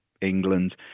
england